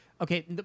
okay